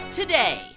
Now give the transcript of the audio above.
today